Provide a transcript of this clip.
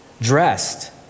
dressed